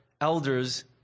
elders